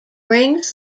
brings